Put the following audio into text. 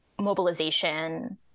mobilization